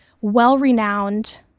well-renowned